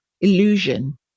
Illusion